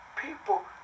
People